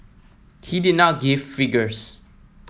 he did not give figures